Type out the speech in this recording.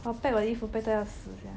我 pack 我的衣服 pack 到要死 sia